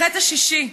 החטא השישי,